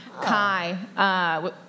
kai